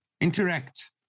interact